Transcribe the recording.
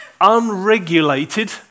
unregulated